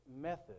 method